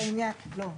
לא,